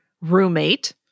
roommate